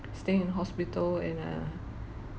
staying in hospital and uh